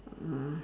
ah